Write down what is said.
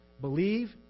Believe